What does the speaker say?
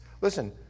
Listen